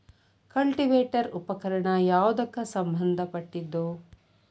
Cultivator ಉಪಕರಣ ಯಾವದಕ್ಕ ಸಂಬಂಧ ಪಟ್ಟಿದ್ದು?